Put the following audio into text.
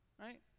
right